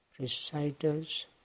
recitals